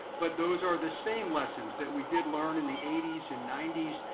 but those are the same lessons that we did learn in the eighty s and ninety s.